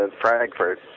Frankfurt